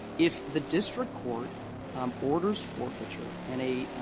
if the district court um orders forfeiture and a